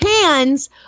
hands